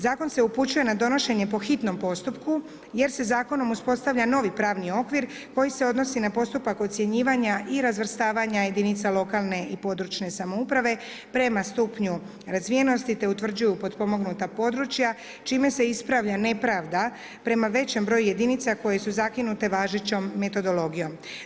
Zakon se upućuje na donošenje po hitnom postupku jer se zakonom uspostavlja novi pravni okvir koji se odnosi na postupak ocjenjivanja i razvrstavanja jedinica lokalne i područne samouprave prema stupnju razvijenosti te utvrđuju potpomognuta područja čime se ispravlja nepravda prema većem broju jedinica koje su zakinute važećom metodologijom.